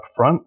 upfront